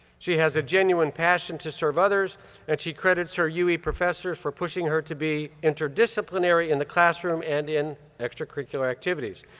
she has a genuine passion to serve others and she credits her ue professors for pushing her to be interdisciplinary in the classroom and in extracurricular activities.